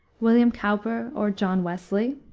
william cowper or john wesley,